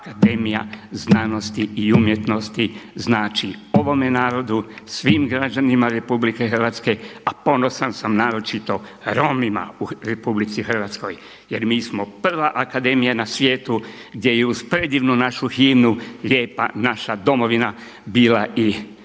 pokušavate umanjiti ono što HAZU znači ovome narodu, svim građanima RH a ponosan sam naročito Romima u RH jer mi smo prva Akademija na svijetu gdje i uz predivnu našu himnu Lijepa naša domovina bila i odsvirana